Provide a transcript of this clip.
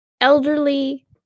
elderly